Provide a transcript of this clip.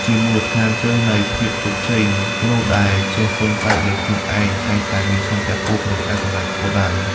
ជាមូលដ្ឋានគ្រឹះនៃភាពជោគជ័យមនុស្សដែលចេះពឹងផ្អែកលើខ្លួនឯង តែងតែមានឆន្ទៈខ្ពស់ក្នុងការសម្រេចគោលដៅ។